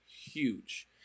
huge